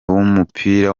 w’umupira